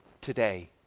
today